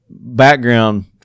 background